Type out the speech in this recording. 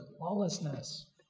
lawlessness